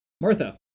Martha